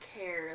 care